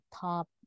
top